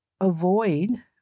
avoid